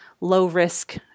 low-risk